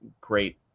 great